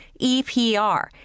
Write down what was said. EPR